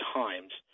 times